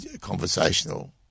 conversational